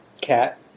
cat